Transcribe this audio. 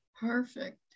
perfect